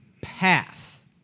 path